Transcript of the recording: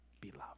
beloved